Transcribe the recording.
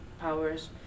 powers